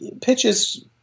pitches